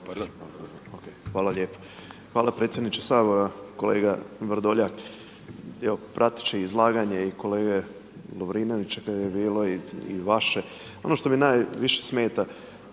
Hvala lijepa. Hvala predsjedniče Sabora. Kolega Vrdoljak, prateći izlaganje i kolege Lovrinovića kad je bilo i vaše. Ono što mi najviše smeta,